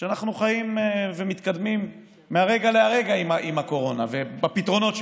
כשאנחנו חיים ומתקדמים מהרגע להרגע עם הקורונה ובפתרונות שמוצאים,